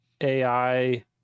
AI